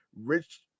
Rich